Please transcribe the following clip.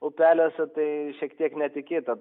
upeliuose tai šiek tiek netikėta